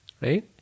Right